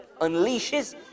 unleashes